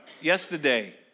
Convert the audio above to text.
Yesterday